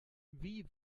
wie